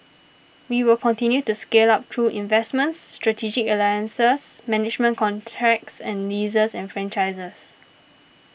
we will continue to scale up through investments strategic alliances management contracts and leases and franchises